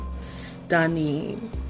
stunning